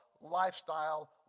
lifestyle